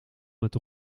met